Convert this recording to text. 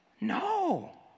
No